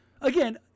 Again